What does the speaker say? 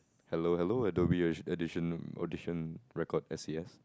hello hello Adobe edi~ edition audition record S E S